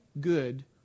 good